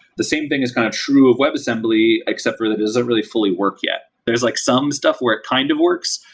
the same thing is kind of true of web assembly, except for that it hasn't really fully worked yet. there's like some stuff where it kind of works,